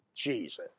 Jesus